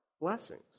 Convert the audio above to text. blessings